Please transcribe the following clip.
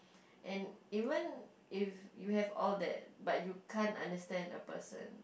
and even if you have all that but you can't understand a person